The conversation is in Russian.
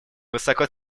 высоко